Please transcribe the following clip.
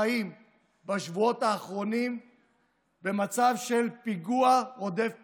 חיים בשבועות האחרונים במצב של פיגוע רודף פיגוע.